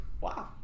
wow